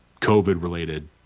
COVID-related